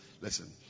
listen